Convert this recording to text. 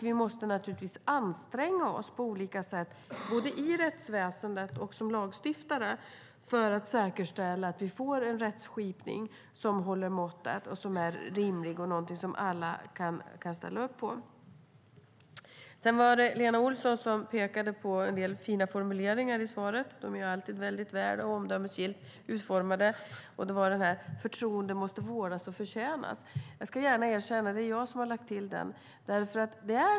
Vi måste naturligtvis anstränga oss på olika sätt, både rättsväsendet och vi som lagstiftare, för att säkerställa att vi får en rättskipning som håller måttet, som är rimlig och någonting som alla kan ställa sig bakom. Carina Ohlsson pekade på en del fina formuleringar i svaret. Svaren är alltid mycket väl och omdömesgillt utformade. När det gäller formuleringen att förtroendet måste vårdas och förtjänas ska jag gärna erkänna att det är jag som har lagt till den.